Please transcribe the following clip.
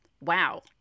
wow